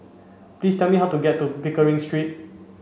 please tell me how to get to Pickering Street